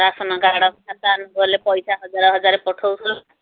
ration କାର୍ଡ଼ଟାରେ ହେଲେ ପଇସା ହଜାରେ ହଜାରେ ପଠଉଥିଲା